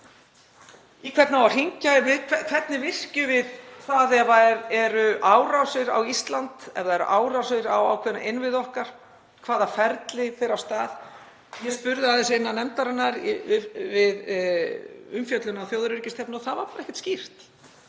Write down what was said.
í hvern eigi að hringja. Hvernig virkjum við það ef það eru árásir á Ísland, ef það eru árásir á ákveðna innviði okkar? Hvaða ferli fer af stað? Ég spurði aðeins innan nefndarinnar við umfjöllun um þjóðaröryggisstefnu og það var bara ekkert skýrt.